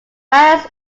miles